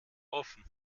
offen